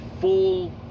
full